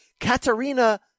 Katarina